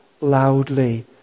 loudly